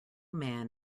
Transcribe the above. man